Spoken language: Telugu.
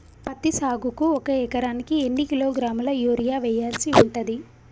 పత్తి సాగుకు ఒక ఎకరానికి ఎన్ని కిలోగ్రాముల యూరియా వెయ్యాల్సి ఉంటది?